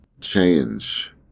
Change